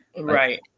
Right